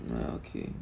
ya okay